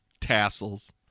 tassels